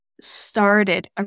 started